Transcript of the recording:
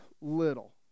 little